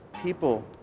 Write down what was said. people